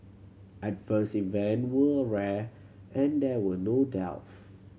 adverse event were rare and there were no deaths